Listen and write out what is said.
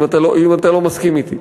אם אתה לא מסכים אתי.